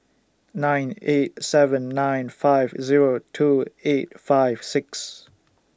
nine eight seven nine five Zero two eight five six